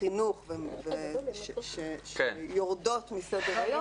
החינוך שיורדות מסדר-היום --- לא,